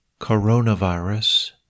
Coronavirus